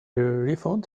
refund